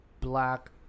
Black